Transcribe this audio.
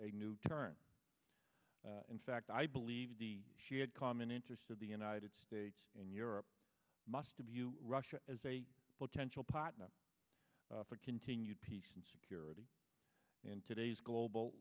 a new turn in fact i believe the shared common interest of the united states and europe must give you russia as a potential partner for continued peace and security in today's global